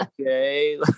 Okay